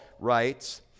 writes